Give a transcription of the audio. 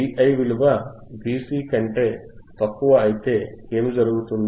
Vi విలువ Vc కంటే తక్కువ అయితే ఏమి జరుగుతుంది